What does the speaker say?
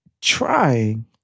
Trying